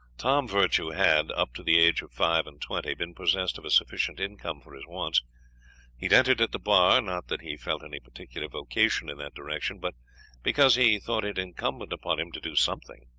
tom virtue had, up to the age of five-and-twenty, been possessed of a sufficient income for his wants. he had entered at the bar, not that he felt any particular vocation in that direction, but because he thought it incumbent upon him to do something.